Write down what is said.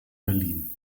berlin